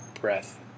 breath